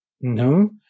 No